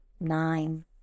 nine